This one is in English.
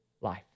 life